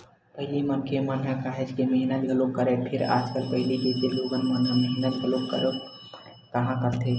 पहिली मनखे मन ह काहेच के मेहनत घलोक करय, फेर आजकल पहिली जइसे लोगन मन ह मेहनत घलोक बरोबर काँहा करथे